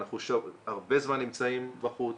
אנחנו הרבה זמן נמצאים בחוץ,